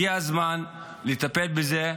הגיע הזמן לטפל בזה.